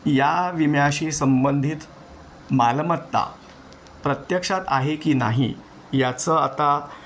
या विम्याशी संबंधित मालमत्ता प्रत्यक्षात आहे की नाही याचं आता